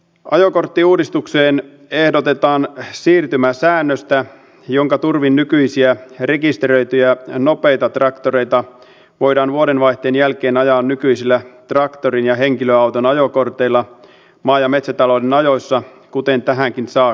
ajokorttiuudistukseen ehdotetaan siirtymäsäännöstä jonka turvin nykyisiä rekisteröityjä nopeita traktoreita voidaan vuodenvaihteen jälkeen ajaa nykyisillä traktorin ja henkilöauton ajokorteilla maa ja metsätalouden ajoissa kuten tähänkin saakka